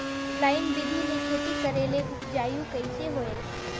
Line बिधी ले खेती करेले उपजाऊ कइसे होयल?